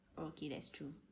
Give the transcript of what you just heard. okay that's true